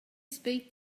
speak